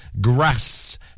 grass